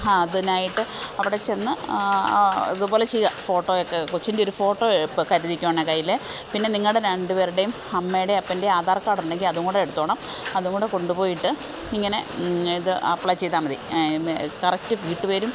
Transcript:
ഹാ അതിനായിട്ട് അവിടെ ചെന്ന് അതുപോലെ ചെയ്യുക ഫോട്ടോയൊക്കെ കൊച്ചിൻ്റെ ഒരു ഫോട്ടോയും കരുതിക്കോണെ കൈയ്യിൽ പിന്നെ നിങ്ങളുടെ രണ്ട് പേരുടേയും അമ്മയുടേയും അപ്പൻ്റേയും ആധാർ കാർഡുണ്ടെങ്കിൽ അതും കൂടെ എടുത്തോണം അതും കൂടെ കൊണ്ടു പോയിട്ട് ഇങ്ങനെ ഇത് അപ്ലൈ ചെയ്താൽ മതി കറക്റ്റ് വീട്ടു പേരും